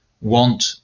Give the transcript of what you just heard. want